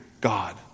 God